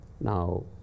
Now